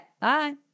Bye